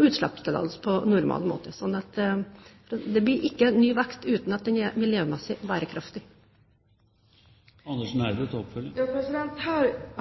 utslippstillatelse, på normal måte. Det blir altså ikke ny vekst uten at den er miljømessig bærekraftig.